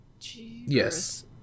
Yes